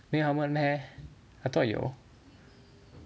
没有 helmet meh I thought 有